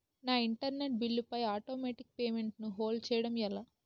నా internet bill పై automatic payment ను హోల్డ్ చేయటం ఎలా?